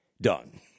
done